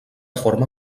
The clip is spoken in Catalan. forma